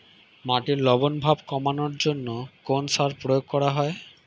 মাটির লবণ ভাব কমানোর জন্য কোন সার প্রয়োগ করা হয়?